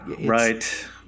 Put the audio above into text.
right